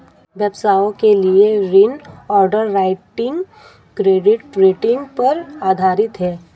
व्यवसायों के लिए ऋण अंडरराइटिंग क्रेडिट रेटिंग पर आधारित है